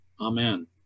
amen